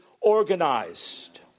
organized